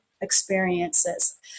experiences